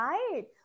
Right